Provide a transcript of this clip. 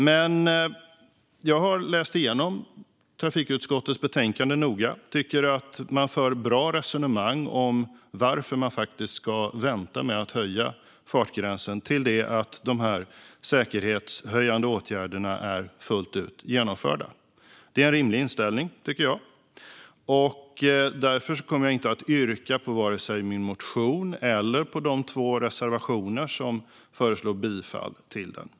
Jag har noga läst igenom trafikutskottets betänkande. Det förs bra resonemang om varför man ska vänta med att höja fartgränsen tills de säkerhetshöjande åtgärderna är fullt ut genomförda. Det är en rimlig inställning. Därför kommer jag inte att yrka bifall till vare sig min motion eller de två reservationer som föreslår bifall till den.